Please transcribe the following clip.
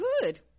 good